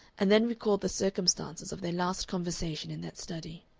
and then recalled the circumstances of their last conversation in that study.